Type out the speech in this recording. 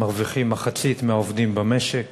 מרוויחים מחצית מהעובדים במשק: